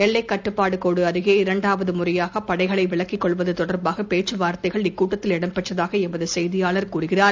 எல்லைக் கட்டுப்பாடுகோடுஅருகே இரண்டாவதுமுறையாகபடைகளைவிலக்கிக் கொள்வத்தொடர்பானபேச்சுவார்த்தைகள் இக்கூட்டத்தில் இடம் பெற்றதாகளமதுசெய்தியாளர் கூறுகிறார்